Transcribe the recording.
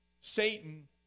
Satan